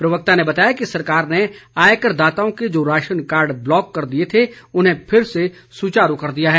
प्रवक्ता ने बताया कि सरकार ने आयकरदाताओं के जो राशन कार्ड ब्लॉक कर दिए थे उन्हें फिर से सुचारू कर दिया है